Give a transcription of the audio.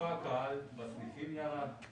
מופע הקהל בסניפים ירד.